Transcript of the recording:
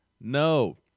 No